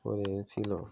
করেছিল